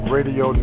Radio